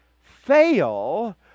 fail